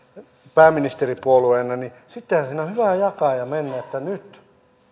pääministeripuolueena niin siinä on hyvä jakaa ja mennä että nyt